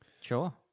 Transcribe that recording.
Sure